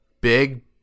big